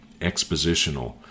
expositional